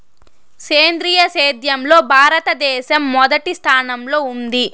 సేంద్రీయ సేద్యంలో భారతదేశం మొదటి స్థానంలో ఉంది